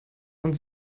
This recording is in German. und